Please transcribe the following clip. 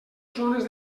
zones